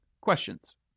questions